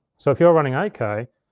so if you're running eight k,